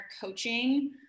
coaching